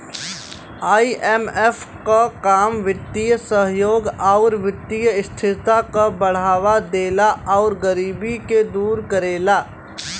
IMF क काम वित्तीय सहयोग आउर वित्तीय स्थिरता क बढ़ावा देला आउर गरीबी के दूर करेला